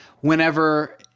whenever